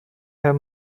herr